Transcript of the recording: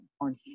on